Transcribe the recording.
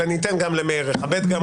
אבל אני אתן גם למאיר, אכבד גם אותו.